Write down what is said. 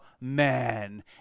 man